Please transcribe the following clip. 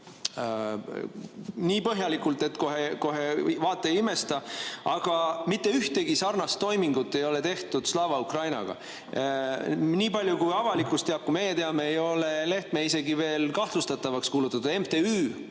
nii põhjalikult, et kohe vaata ja imesta. Aga mitte ühtegi sarnast toimingut ei ole tehtud Slava Ukrainiga. Nii palju kui avalikkus teab, kui meie teame, ei ole Lehtme isegi veel kahtlustatavaks kuulutatud.